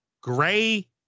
gray